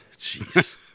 Jeez